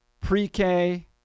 pre-k